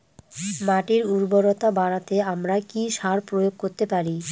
মাটির উর্বরতা বাড়াতে আমরা কি সার প্রয়োগ করতে পারি?